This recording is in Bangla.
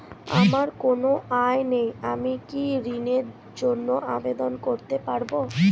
আমার কোনো আয় নেই আমি কি ঋণের জন্য আবেদন করতে পারব?